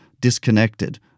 disconnected